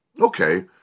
Okay